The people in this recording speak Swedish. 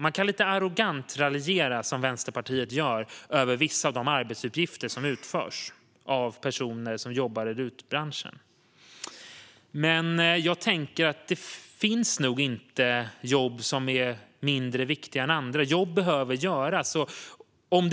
Man kan lite arrogant raljera, som Vänsterpartiet gör, över vissa av de arbetsuppgifter som utförs av personer som jobbar i RUT-branschen. Men jag tänker att det nog inte finns jobb som är mindre viktiga än andra. Jobb behöver göras. Om